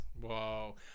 Whoa